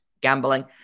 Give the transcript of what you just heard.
gambling